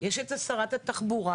יש את שרת התחבורה,